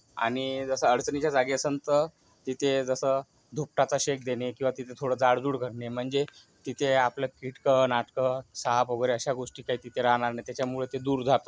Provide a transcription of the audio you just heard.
आणि जसं अडचणीच्या जागी असेल तर तिथे जसं धुपटाचा शेक देणे किंवा तिथे थोडं जाळजुळ करणे म्हणजे तिथे आपलं कीटकं नाटकं साप वगैरे अश्या गोष्टी काही तिथे राहणार नाही त्याच्यामुळे ते दूर जातात